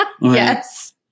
Yes